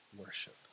worship